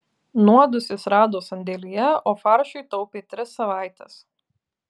nuodus jis rado sandėlyje o faršui taupė tris savaites